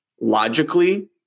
logically